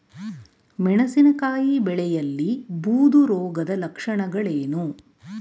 ಮೆಣಸಿನಕಾಯಿ ಬೆಳೆಯಲ್ಲಿ ಬೂದು ರೋಗದ ಲಕ್ಷಣಗಳೇನು?